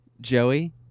Joey